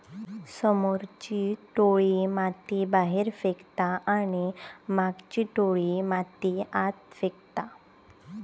समोरची टोळी माती बाहेर फेकता आणि मागची टोळी माती आत फेकता